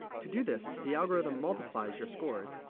to do this, the algorithm multiplies your scores,